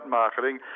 marketing